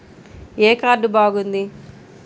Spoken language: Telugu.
ఏ కార్డు బాగుంది?